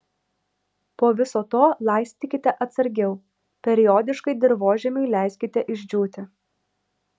po viso to laistykite atsargiau periodiškai dirvožemiui leiskite išdžiūti